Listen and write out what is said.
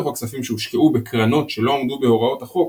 מתוך הכספים שהושקעו בקרנות שלא עמדו בהוראות החוק,